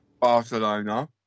Barcelona